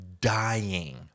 dying